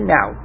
Now